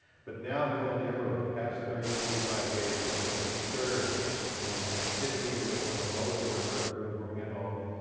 but now more than ever over the past thirty to forty five days we've seen a surge in activity with remote workers. everyone's working at home.